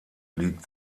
liegt